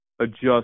adjust